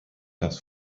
das